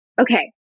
okay